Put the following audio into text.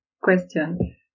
question